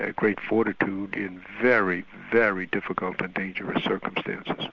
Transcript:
ah great fortitude, in very, very difficult and dangerous circumstances.